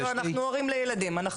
אנחנו הורים לילדים.